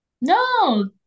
no